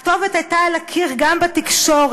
הכתובת הייתה על הקיר גם בתקשורת.